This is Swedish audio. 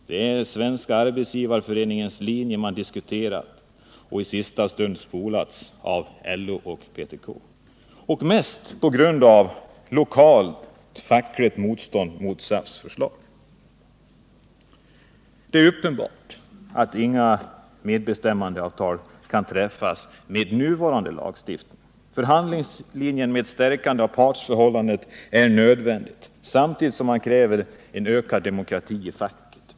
Det är SAF:s linje som man har diskuterat och som i sista stund har spolats av LO och PTK mest på grund av lokalt fackligt motstånd mot SAF:s förslag. Det är uppenbart att inga medbestämmandeavtal kan träffas med nuvarande lagstiftning. Förhandlingslinjen med ett stärkande av partsförhållandet är nödvändig, samtidigt som ökad demokrati inom facket krävs.